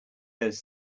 those